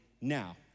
now